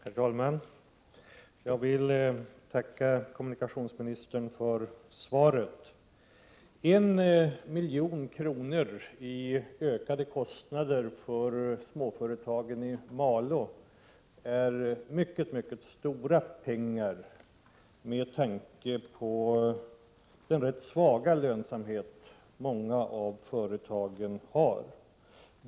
Herr talman! Jag vill tacka kommunikationsministern för svaret. En miljon i ökade kostnader för småföretagen i Malå är väldigt mycket pengar, med tanke på den rätt svaga lönsamhet många av företagen har.